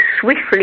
swiftly